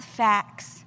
facts